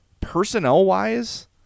Personnel-wise